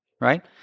right